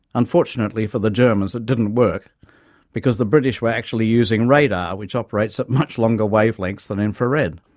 unfortunately for the germans it didn't work because the british were actually using radar which operates at much longer wavelengths than infrared.